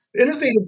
Innovative